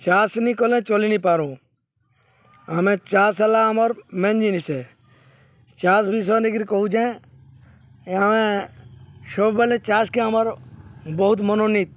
ଚାଷ୍ ନାଇଁ କଲେ ଚଲିି ନାଇଁ ପାରୁ ଆମେ ଚାଷ୍ ହେଲା ଆମର୍ ମେନ୍ ଜିନିଷ୍ ଚାଷ୍ ବିଷୟ ନେଇକରି କହୁଛେଁ ଆମେ ସବୁବେଳେ ଚାଷ୍କେ ଆମର୍ ବହୁତ ମନୋନିତ୍